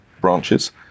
branches